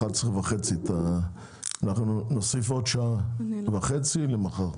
11:30. נוסיף עוד שעה וחצי למחר.